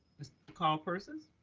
mr. carl persis.